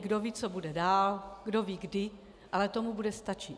Kdo ví, co bude dál, kdo ví kdy, ale to mu bude stačit.